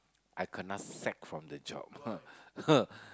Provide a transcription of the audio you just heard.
I kena sack from the job